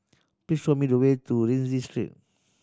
please show me the way to Rienzi Street